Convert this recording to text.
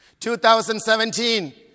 2017